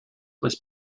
was